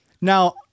Now